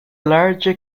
larger